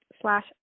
slash